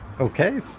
okay